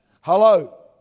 Hello